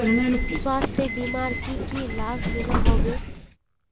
स्वास्थ्य बीमार की की लाभ मिलोहो होबे?